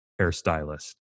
hairstylist